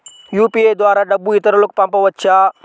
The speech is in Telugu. యూ.పీ.ఐ ద్వారా డబ్బు ఇతరులకు పంపవచ్చ?